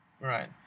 Right